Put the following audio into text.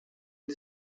the